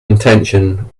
intention